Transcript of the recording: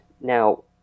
Now